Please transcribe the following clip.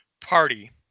party